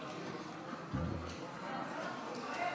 נתקבל.